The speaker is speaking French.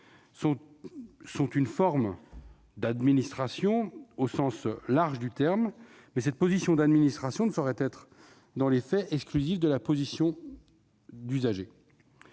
une forme d'administration, au sens large du terme, mais cette position d'administration ne saurait être, dans les faits, exclusive de la condition d'usager.